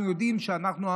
אנחנו יודעים שאנחנו,